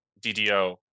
DDO